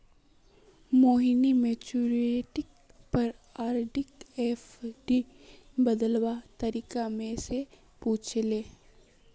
मोहिनी मैच्योरिटीर पर आरडीक एफ़डीत बदलवार तरीका मो से पूछले